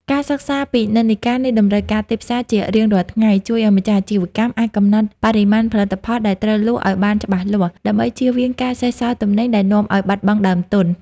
ការសិក្សាពីនិន្នាការនៃតម្រូវការទីផ្សារជារៀងរាល់ថ្ងៃ ជួយឱ្យម្ចាស់អាជីវកម្មអាចកំណត់បរិមាណផលិតផលដែលត្រូវលក់ឱ្យបានច្បាស់លាស់ ដើម្បីចៀសវាងការសេសសល់ទំនិញដែលនាំឱ្យបាត់បង់ដើមទុន។